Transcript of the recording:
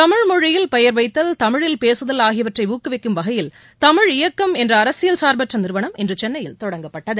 தமிழ் மொழியில் பெயா்வைத்தல் தமிழில் பேசுதல் ஆகியவற்றை ஊக்குவிக்கும் வகையில் தமிழ் இயக்கம் என்ற அரசியல் சார்பற்ற நிறுவனம் இன்று சென்னையில் தொடங்கப்பட்டது